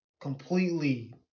completely